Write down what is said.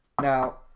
Now